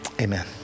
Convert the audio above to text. Amen